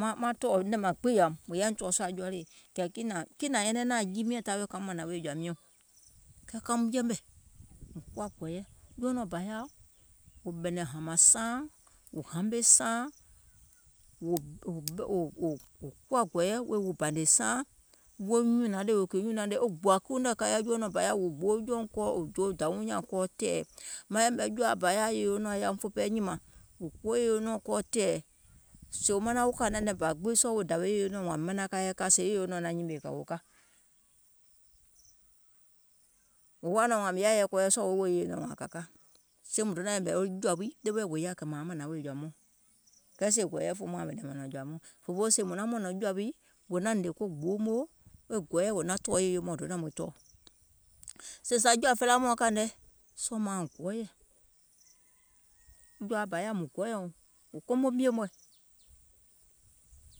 Maŋ tɔ̀ɔ̀ nɛ̀ŋ maŋ gbiŋ yȧùm, mùŋ yȧaìŋ tɔ̀ɔ̀ sùȧ jɔɔlèe, kɛ̀ kiìŋ nȧŋ nyɛnɛŋ naȧŋ jii miɛŋ tawe kaum mȧnȧŋ wèè jɔ̀ȧ miɔ̀ŋ, kɛɛ kaum yɛmɛ̀ mùŋ kuwa gɔ̀ɔ̀yɛ, jɔɔnɔ̀ɔŋ bȧ yaȧa, wò ɓɛ̀nɛ̀ŋ hȧmȧŋ saaŋ, wò hame saaŋ, wò kuwa gɔ̀ɔ̀yɛ wèè wo bȧnè saaŋ, wo nyùnȧŋ ɗèwè kìì nyùnȧuŋ nɛ̀ e gbòa kiiuŋ nɛ̀ kȧìŋ nɛ wo nyùnɔ̀ɔŋ bȧ yaȧa wò gboo jɔùŋ kɔɔ wò gboo dȧwiuŋ nyȧŋ kɔɔ tɛ̀ɛ̀, maŋ yɛ̀mɛ̀ jɔ̀ȧa bȧ yaȧa yaȧ yèyeuŋ nɔɔ̀ŋ fè pɛɛ nyìmȧŋ, wò gboo yèyeuŋ nɔɔ̀ŋ kɔɔ tɛ̀ɛ̀, sèè wò manaŋ wo kȧ nanɛ̀ŋ bȧ gbiŋ sɔɔ̀ wo dàwè yèyeuŋ nɔɔ̀ŋ wȧȧŋ manaŋ ka yɛɛ ka sèè yèyeuŋ nɔɔ̀ŋ naŋ nyemèè kɛ̀ wò ka, wò woȧ nɔŋ wȧȧŋ mìŋ yaȧ yɛɛ kɔɔyɛ sɔɔ̀ wo wòò yèyeuŋ nɔɔ̀ŋ wȧȧŋ kȧ ka, soo mùŋ donȧŋ yɛ̀mɛ̀ wo jɔ̀ȧ wii ɗeweɛ̀ wò yaȧ lɛ kɛ̀ mȧuŋ mȧnȧŋ wèè jɔ̀ȧ mɔɔ̀ŋ, kɛɛ sèè gɔ̀ɔ̀yɛ fòouŋ maȧuŋ ɓɛ̀nɛ̀ŋ mȧnȧŋ wèè jɔ̀ȧ mɔɔ̀ŋ, fòfoo sèè mùŋ naŋ mɔ̀nɔ̀ŋ jɔ̀ȧ wii wò naŋ hnè ko gboo moo, e gɔ̀ɔ̀yɛɛ̀ wò naŋ tɔ̀ɔ̀ yèyeuŋ nɔɔ̀ɛŋ donȧŋ mùiŋ tɔɔ̀, sèè zȧ jɔ̀ȧfelaa mɔ̀ɛ̀ kȧìŋ nɛ sɔɔ̀ mauŋ gɔɔyɛ̀, wo jɔ̀ȧa bȧ yaȧa mùŋ gɔɔyɛ̀uŋ wò komo miè mɔ̀ɛ̀,